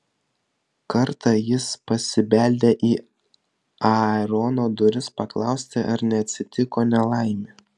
kartą jis pasibeldė į aarono duris paklausti ar neatsitiko nelaimė